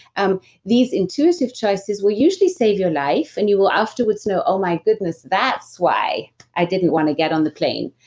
um these intuitive choices will usually save your life and you will afterwards know, oh my goodness, that's why i didn't want to get on the plane.